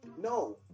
No